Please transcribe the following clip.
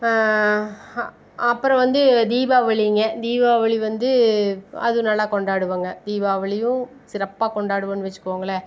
ஹ அப்புறம் வந்து தீபாவளிங்க தீபாவளி வந்து அதுவம் நல்லா கொண்டாடுவோங்க தீபாவளியும் சிறப்பாக கொண்டாடுவோன்னு வச்சுக்கோங்களேன்